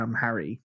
Harry